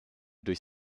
durch